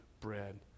bread